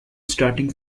starting